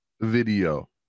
video